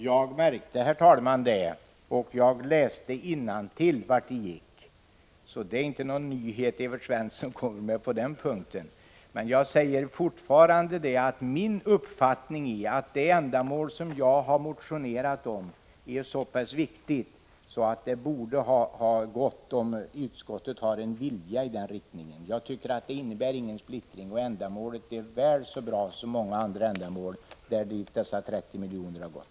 Herr talman! Jag märkte det, och jag läste innantill vart pengarna gick. Så det är inte någon nyhet som Evert Svensson kommer med på den punkten. Men jag säger fortfarande att min uppfattning är att det ändamål som jag har motionerat om är så pass viktigt att mitt förslag borde ha gått igenom om utskottet hade en vilja i den riktningen. Jag tycker inte att det innebär någon splittring. Ändamålet är väl så bra som många av de ändamål dit dessa 30 miljoner har gått.